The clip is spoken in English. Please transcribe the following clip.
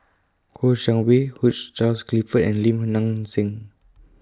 Kouo Shang Wei Hugh Charles Clifford and Lim Nang Seng